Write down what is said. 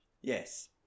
Yes